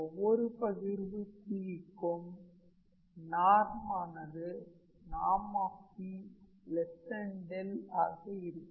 ஒவ்வொரு பகிர்வு P க்கும் நார்ம் ஆனது ||𝑃|| 𝛿 ஆக இருக்கும்